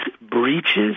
breaches